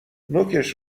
نوکش